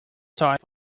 type